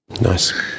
nice